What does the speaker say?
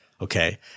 okay